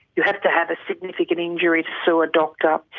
you have to have a significant injury to sue a doctor,